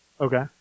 Okay